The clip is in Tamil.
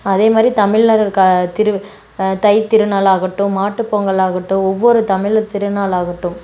அதேமாதிரி தமிழில் இருக்க திரு தைத்திருநாளாகட்டும் மாட்டு பொங்கலாகட்டும் ஒவ்வொரு தமிழுர் திருநாளாகட்டும்